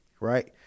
Right